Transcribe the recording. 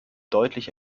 deutlich